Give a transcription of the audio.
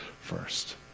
first